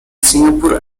singapore